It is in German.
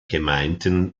gemeinden